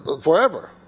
forever